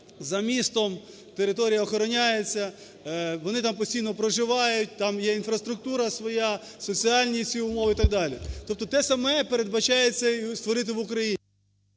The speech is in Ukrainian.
за містом, територія охороняється. Вони там постійно проживають. Там є інфраструктура своя, соціальні всі умови і так далі. Тобто те саме передбачається створити і в Україні.